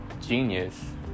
genius